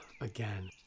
Again